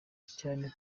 cyane